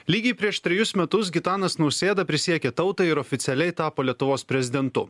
lygiai prieš trejus metus gitanas nausėda prisiekė tautai ir oficialiai tapo lietuvos prezidentu